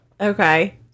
Okay